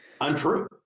untrue